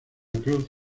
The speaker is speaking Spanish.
cruz